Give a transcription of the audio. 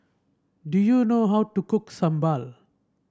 do you know how to cook sambal